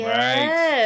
right